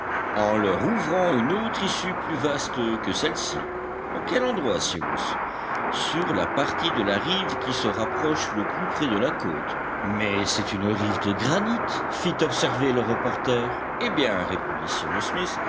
en leur ouvrant une autre issue plus vaste que celle-ci en quel endroit cyrus sur la partie de la rive qui se rapproche le plus près de la côte mais c'est une rive de granit fit observer le reporter eh bien répondit cyrus smith